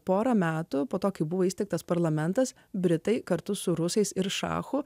porą metų po to kai buvo įsteigtas parlamentas britai kartu su rusais ir šacho